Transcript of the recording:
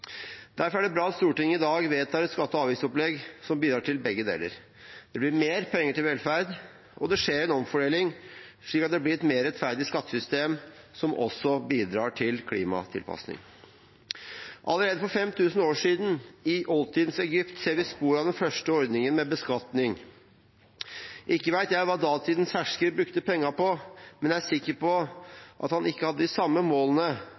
Derfor er det bra at Stortinget i dag vedtar et skatte- og avgiftsopplegg som bidrar til begge deler. Det blir mer penger til velferd, og det skjer en omfordeling, slik at det blir et mer rettferdig skattesystem som også bidrar til klimatilpasning. Allerede for 5 000 år siden i oldtidens Egypt ser vi spor av den første ordningen med beskatning. Ikke vet jeg hva datidens hersker brukte pengene på, men jeg er sikker på at han ikke hadde de samme målene